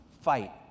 fight